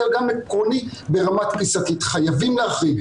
שהגעתם להסכמות.